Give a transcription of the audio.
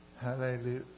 Hallelujah